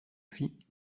fit